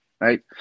right